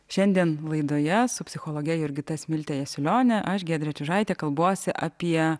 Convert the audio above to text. šiandien laidoje su psichologe jurgita smilte jasiulionė aš giedrė čiužaitė kalbuosi apie